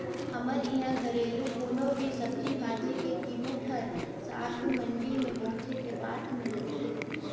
हमर इहां घरेलु कोनो भी सब्जी भाजी के कीमेत हर साग मंडी में पहुंचे के बादे में लगथे